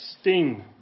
sting